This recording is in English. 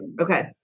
okay